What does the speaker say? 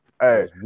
Hey